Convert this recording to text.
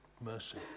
mercy